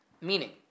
Meaning